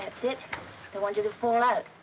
that's it. don't want you to fall out.